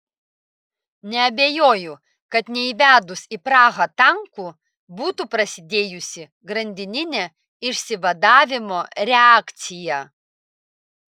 neabejoju kad neįvedus į prahą tankų būtų prasidėjusi grandininė išsivadavimo reakcija